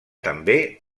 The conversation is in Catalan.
també